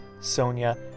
Sonia